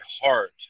heart